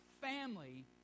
family